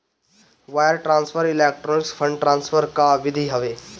wire transfer electronic fund transfer कअ विधि हवे